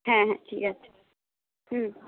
হ্যাঁ হ্যাঁ ঠিক আছে হুম